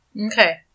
Okay